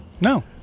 No